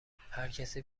هرکسی